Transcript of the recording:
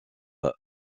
des